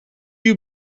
you